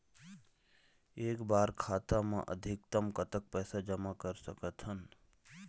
एक बार मा खाता मा अधिकतम कतक पैसा जमा कर सकथन?